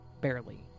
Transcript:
barely